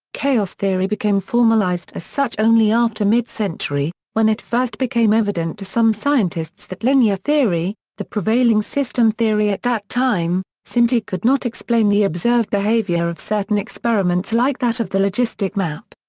chaos theory became formalized as such only after mid-century, when it first became evident to some scientists that linear theory, the prevailing system theory at that time, simply could not explain the observed behavior of certain experiments like that of the logistic map.